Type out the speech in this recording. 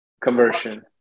conversion